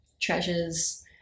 treasures